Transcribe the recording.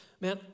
man